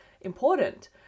important